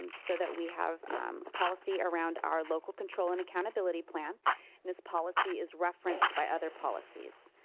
um so that we have a policy around our local control and accountability plan and this policy is referenced by other policies.